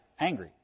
Angry